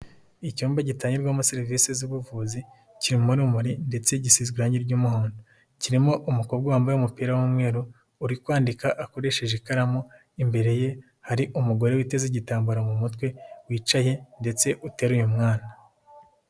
Icyumba gitangirwamo serivisi z'ubuvuzi kirimo urumuri ndetse gisizwe irangi ry'umuhondo, kirimo umukobwa wambaye umupira w'umweru uri kwandika akoresheje ikaramu, imbere ye hari umugore witeze igitambaro mu mutwe wicaye ndetse uteruye umwana.